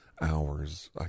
hours